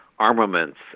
armaments